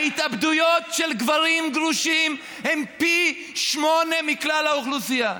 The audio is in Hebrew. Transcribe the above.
ההתאבדויות של גברים גרושים הן פי שמונה מבכלל האוכלוסייה.